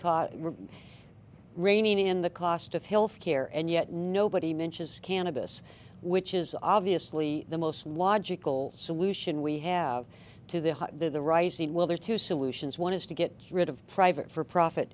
was reining in the cost of health care and yet nobody mentions cannabis which is obviously the most logical solution we have to the the rising well there are two solutions one is to get rid of private for profit